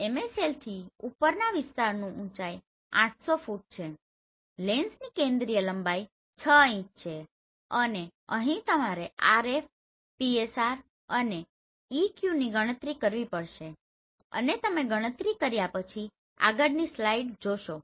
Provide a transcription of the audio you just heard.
MSLથી ઉપરના વિસ્તારનું ઉંચાઇ 800 ફુટ છે લેન્સની કેન્દ્રીય લંબાઈ 6 ઇંચ છે અને અહીં તમારે RF PSR અને EQની ગણતરી કરવી પડશે અને તમે ગણતરી કર્યા પછી આગળની સ્લાઇડ જોશો